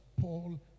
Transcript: Paul